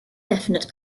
definite